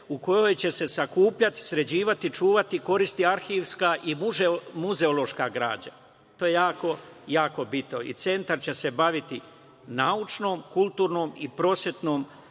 u kojoj će se sakupljati, sređivati, čuvati, koristiti arhivska i muzeološka građa. To je jako bitno. Centar će se baviti naučnom, kulturnom i prosvetno-kulturnom